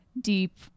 deep